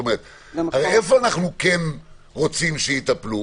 איפה אנחנו כן רוצים שיטפלו?